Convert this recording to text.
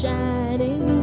Shining